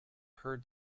heard